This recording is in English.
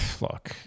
look